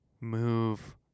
move